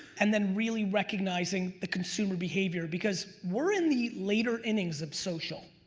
and then really recognizing the consumer behavior, because we're in the later innings of social.